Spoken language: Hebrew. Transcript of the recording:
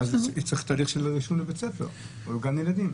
ואז יצטרך תהליך של רישום לבתי ספר או גן ילדים.